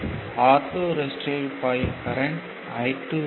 R2 ரெசிஸ்டர்யில் பாயும் current I2 ஆகும்